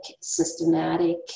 systematic